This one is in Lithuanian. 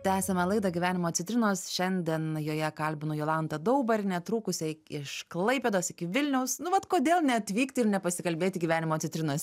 tęsiame laidą gyvenimo citrinos šiandien joje kalbinu jolantą daubarienę trūkusiai iš klaipėdos iki vilniaus nu vat kodėl neatvykti ir ne pasikalbėti gyvenimo citrinos